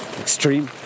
extreme